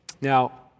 Now